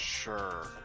sure